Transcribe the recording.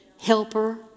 helper